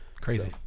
Crazy